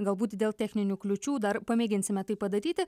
galbūt dėl techninių kliūčių dar pamėginsime tai padaryti